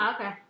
Okay